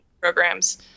programs